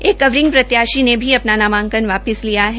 एक कवरिंग प्रत्याशी ने भी अपना नामांकन वापिस लिया है